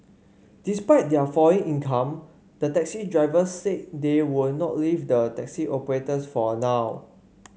despite their falling income the taxi drivers said they would not leave the taxi operators for now